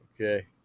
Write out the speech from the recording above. Okay